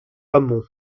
amont